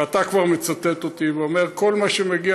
ואתה כבר מצטט אותי ואומר שכל מה שמגיע